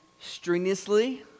strenuously